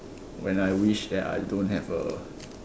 when I wish that I don't have a